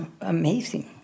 amazing